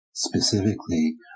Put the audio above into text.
Specifically